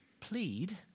plead